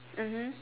mmhmm